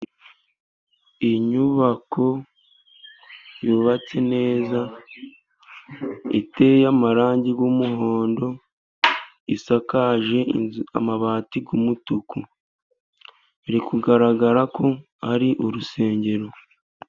Inyubako yubatse neza, iteye amarangi y'umuhondo, isakaje amabati y'umutuku. Iri kugaragara ko ari urusengero.